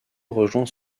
rejoint